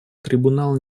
трибунал